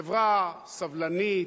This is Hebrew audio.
חברה סובלנית,